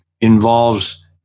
involves